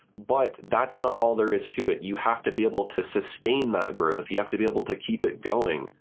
but that's not all there is to it. you have to be able to sustain that growth. you have to be able to keep it going.